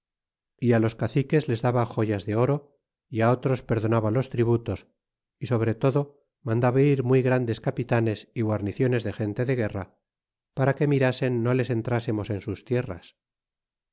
y los caciques les daba joyas de oro y otros perdonaba los tributos y sobretodo mandaba ir muy grandes capitanes y guarniciones de gente de guerra para que mirasen no les entrásemos en sus tierras